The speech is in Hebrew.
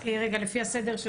לפי הסדר של